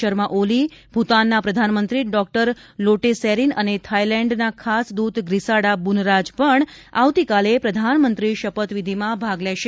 શર્માઓલી ભૂતાનના પ્રધાનમંત્રી ડોકટર લોટે સેરીન અને થાઇલેન્ડ ખાસ દૂત ગ્રીસાડા બુનરાજ પણ આવતીકાલની પ્રધાનમંત્રી શપથવિધીમાં ભાગ લેશે